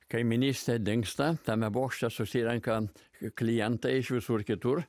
kaimynystė dingsta tame bokšte susirenkant klientą iš visur kitur